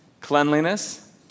Cleanliness